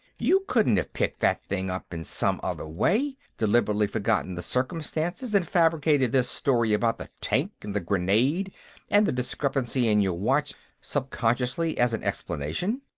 you couldn't have picked that thing up in some other way, deliberately forgotten the circumstances, and fabricated this story about the tank and the grenade and the discrepancy in your watch subconsciously as an explanation?